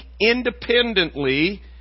independently